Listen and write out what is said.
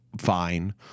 fine